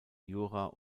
jura